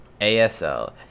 ASL